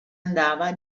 andava